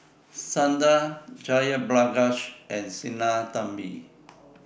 Santha Jayaprakash and Sinnathamby